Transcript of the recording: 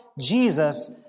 Jesus